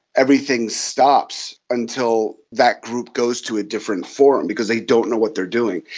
everything stops until that group goes to a different forum because they don't know what they're doing.